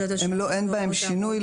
אין בהם שינוי.